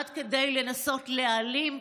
עד כדי לנסות להעלים,